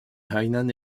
hainan